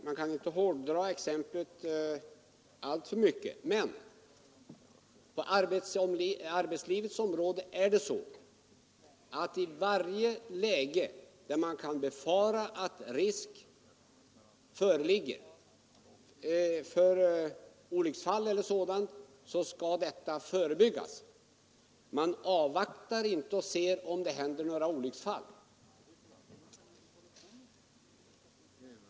Man kan inte hårdra exemplet alltför mycket, men på arbetslivets område är det så, att där man kan befara att risk föreligger för olycksfall skall detta förebyggas. Man avvaktar inte för att se om det händer några olycksfall.